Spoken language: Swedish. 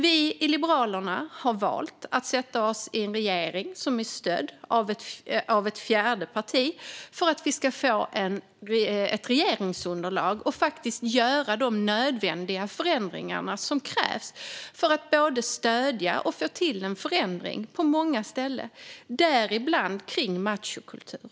Vi i Liberalerna har valt att sätta oss i en regering som stöds av ett fjärde parti för att vi ska få ett regeringsunderlag och kunna göra de nödvändiga förändringar som krävs för att både stödja och få till en förändring på många ställen, bland annat gällande machokultur.